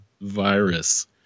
virus